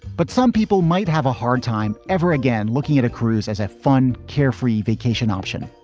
but some people might have a hard time ever again looking at a cruise as a fun, carefree vacation option.